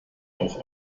auch